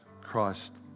Christ